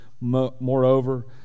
Moreover